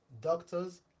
doctors